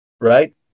right